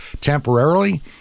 temporarily